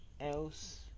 Else